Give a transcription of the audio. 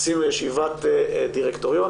עשינו ישיבת דירקטוריון,